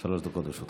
שלוש דקות לרשותך.